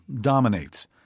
dominates